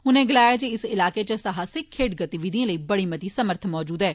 उनें गलाया जे इस ईलाकें च साहसिक खेड्ढ गतिविधियें लेई बड़ी मती समर्थ मजूद ऐ